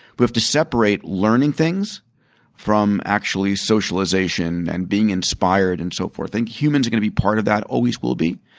we have to separate learning things from actually socialization and being inspired and so forth. and humans are going to be part of that always will be,